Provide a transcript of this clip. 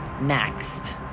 next